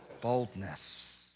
Boldness